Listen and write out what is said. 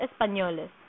españoles